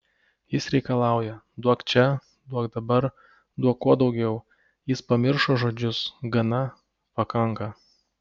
jis reikalauja duok čia duok dabar duok kuo daugiau jis pamiršo žodžius gana pakanka